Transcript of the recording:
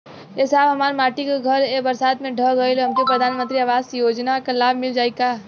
ए साहब हमार माटी क घर ए बरसात मे ढह गईल हमके प्रधानमंत्री आवास योजना क लाभ मिल जाई का?